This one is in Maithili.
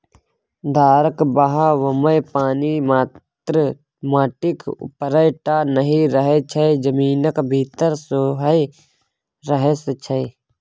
धारक बहावमे पानि मात्र माटिक उपरे टा नहि रहय छै जमीनक भीतर सेहो रहय छै